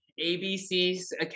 ABC's